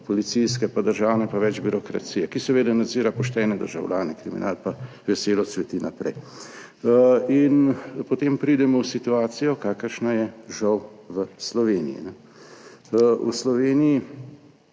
policijske pa državne, pa več birokracije, ki seveda nadzira poštene državljane, kriminal pa veselo cveti naprej. In potem pridemo v situacijo kakršna je žal v Sloveniji. V Sloveniji